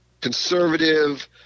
conservative